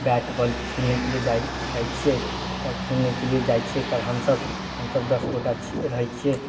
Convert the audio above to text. bat ball खेलनेके लिये जाइ जाइ छियै तऽ खेलनेके लिये जाइ छियै तऽ हमसभ हमसभ दस गोटा छि रहय छियै